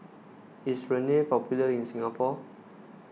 is Rene popular in Singapore